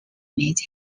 made